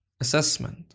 assessment